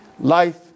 Life